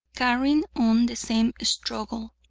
carrying on the same struggle.